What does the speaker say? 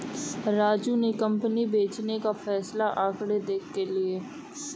राजू ने कंपनी बेचने का फैसला आंकड़े देख के लिए